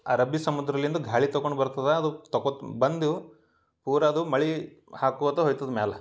ಅರಬ್ಬಿ ಸಮುದ್ರಲಿಂದ್ ಗಾಳಿ ತೊಗೊಂಡು ಬರ್ತದೆ ಅದು ತಗೊಂಡ್ಬಂದು ಪೂರ ಅದು ಮಳೆ ಹಾಕ್ಕೊಳ್ತ ಹೋಗ್ತದೆ ಮ್ಯಾಲ